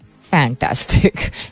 fantastic